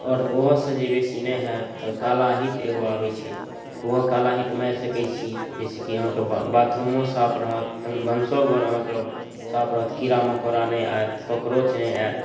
आओर ओहोसऽ जे बेसी नहि होयत तऽ काला हिट एगो आबै छै ओहो काला हिट मारि सकै छी जाहिसॅं कि अहाँके बाथरूमो साफ रहत भन भनसोघर साफ रहत कीड़ा मकोड़ा नहि आयत कॉकरोच नहि आएत